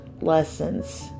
lessons